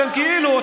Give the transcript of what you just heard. אתם כאילו,